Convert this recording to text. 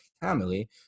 family